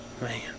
Man